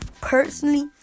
Personally